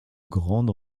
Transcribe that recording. grande